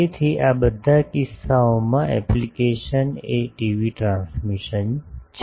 તેથી આ બધા કિસ્સાઓમાં એપ્લિકેશન એ ટીવી ટ્રાન્સમિશન છે